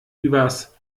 übers